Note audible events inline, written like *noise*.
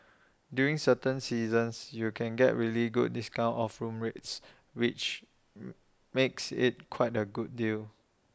during certain seasons you can get really good discounts off room rates which *hesitation* makes IT quite A good deal